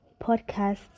podcasts